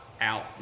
out